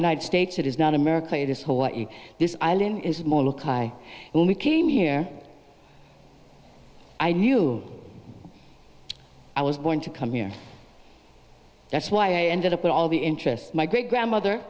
united states it is not america it is what you this island is molokai when we came here i knew i was born to come here that's why i ended up with all the interest my great grandmother